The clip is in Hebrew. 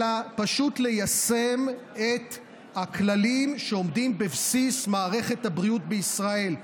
אלא פשוט ליישם את הכללים שעומדים בבסיס מערכת הבריאות בישראל,